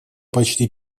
почти